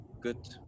Good